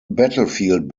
battlefield